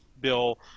bill